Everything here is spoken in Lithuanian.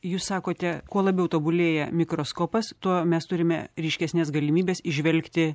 jūs sakote kuo labiau tobulėja mikroskopas tuo mes turime ryškesnes galimybes įžvelgti